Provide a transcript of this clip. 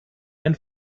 ein